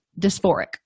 dysphoric